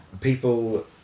people